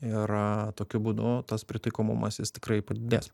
ir tokiu būdu tas pritaikomumas jis tikrai padidės